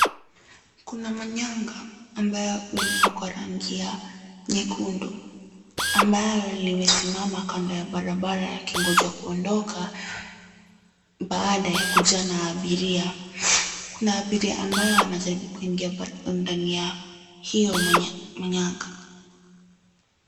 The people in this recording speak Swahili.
Kuna manyanga ambayo limepakwa rangi ya nyekundu ambayo limesimama kando ya barabara yakingoja kuondoka baada ya kujaa na abiria. Kuna abiria ambaye anajaribu kuingia ndani ya hio manyanga .